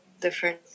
different